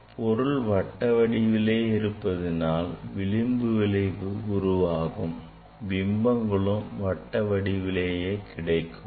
பொருள் வட்ட வடிவத்தில் இருப்பதினால் விளிம்பு விளைவால் உருவாகும் பிம்பங்களும் வட்ட வடிவத்திலேயே கிடைக்கின்றன